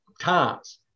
times